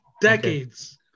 Decades